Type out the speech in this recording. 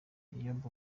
eyob